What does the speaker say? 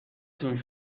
تون